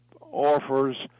offers